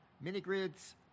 mini-grids